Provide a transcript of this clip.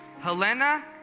Helena